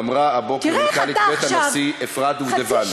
אמרה הבוקר מנכ"לית בית הנשיא אפרת דובדבני,